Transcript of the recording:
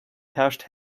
herrscht